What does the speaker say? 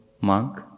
monk